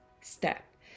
step